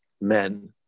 men